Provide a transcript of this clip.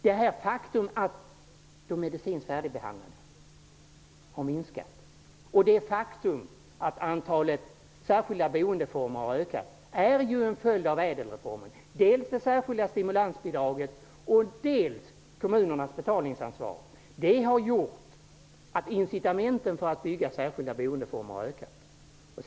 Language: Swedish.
Det faktum att de medicinskt färdigbehandlade har minskat och det faktum att antalet särskilda boendeformer har ökat är ju en följd av ÄDEL reformen -- dels av stimulansbidraget, dels av kommunernas betalningsansvar. Det har gjort att incitamenten för att bygga särskilda boendeformer har ökat.